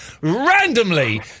randomly